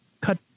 cut